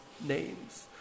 names